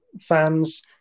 fans